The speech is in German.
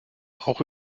auch